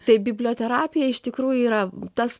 tai biblioterapija iš tikrųjų yra tas